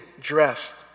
dressed